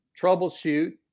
troubleshoot